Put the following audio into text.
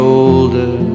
older